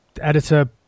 Editor